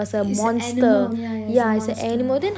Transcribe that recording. is animal yeah yeah is a monster